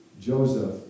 Joseph